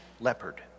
leopard